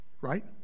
right